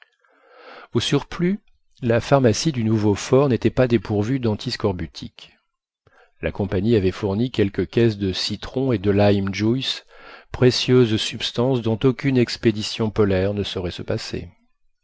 au surplus la pharmacie du nouveau fort n'était pas dépourvue d'antiscorbutiques la compagnie avait fourni quelques caisses de citrons et de lime juice précieuse substance dont aucune expédition polaire ne saurait se passer